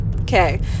okay